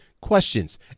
Questions